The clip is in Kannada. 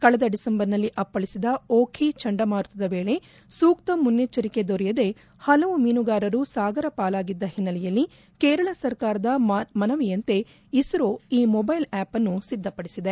ಕಳೆದ ಡಿಸೆಂಬರ್ನಲ್ಲಿ ಅಪ್ಪಳಿಸಿದ ಓಖಿ ಚಂಡಮಾರುತದ ವೇಳೆ ಸೂಕ್ತ ಮುನ್ನೆಚ್ದರಿಕೆ ದೊರೆಯದೇ ಹಲವು ಮೀನುಗಾರರು ಸಾಗರ ಪಾಲಾಗಿದ್ದ ಹಿನ್ನೆಲೆಯಲ್ಲಿ ಕೇರಳ ಸರ್ಕಾರದ ಮನವಿಯಂತೆ ಇಸ್ತೋ ಈ ಮೊಬೈಲ್ ಆಪ್ನ್ನು ಸಿದ್ದಪಡಿಸಿದೆ